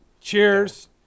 Cheers